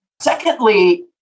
Secondly